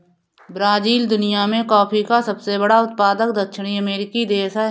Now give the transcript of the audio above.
Brazil दुनिया में coffee का सबसे बड़ा उत्पादक दक्षिणी अमेरिकी देश है